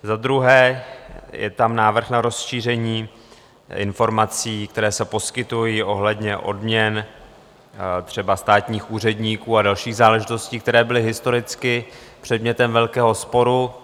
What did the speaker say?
Za druhé je tam návrh na rozšíření informací, které se poskytují ohledně odměn třeba státních úředníků a dalších záležitostí, které byly historicky předmětem velkého sporu.